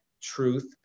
truth